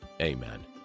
Amen